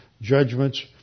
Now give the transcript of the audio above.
judgments